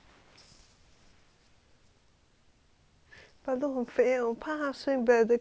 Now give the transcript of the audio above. ballut 很肥 eh 我怕它 swim bladder cannot cure